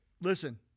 listen